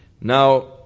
Now